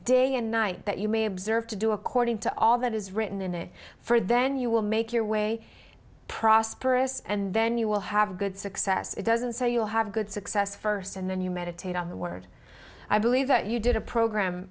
and night that you may observe to do according to all that is written in it for then you will make your way prosperous and then you will have good success it doesn't say you will have good success first and then you meditate on the word i believe that you did a program